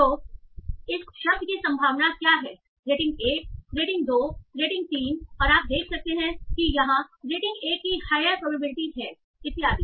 तो इस शब्द की संभावना क्या है रेटिंग 1 रेटिंग 2 रेटिंग 3 और आप देख सकते हैं कि यहां रेटिंग 1 की हायर प्रोबेबिलिटी है इत्यादि